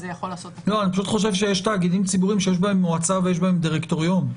אני פשוט חושב שיש תאגידים ציבוריים שיש בהם מועצה ויש בהם דירקטוריון.